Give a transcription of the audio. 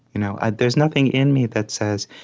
you know and there's nothing in me that says,